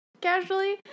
casually